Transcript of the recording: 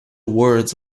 words